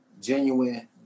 genuine